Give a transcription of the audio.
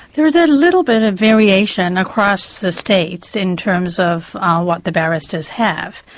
there is a little bit of variation across the states in terms of ah what the barristers have.